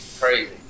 Crazy